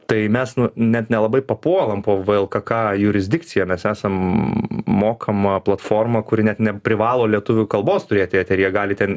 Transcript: tai mes nu net nelabai papuolam po vlkk jurisdikcija mes esam mokama platforma kuri net neprivalo lietuvių kalbos turėt eteryje gali ten